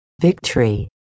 Victory